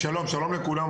שלום לכולם,